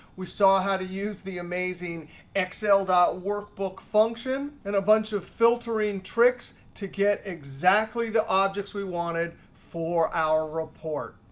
we saw how to use the amazing excel workbook function and a bunch of filtering tricks to get exactly the objects we wanted for our report.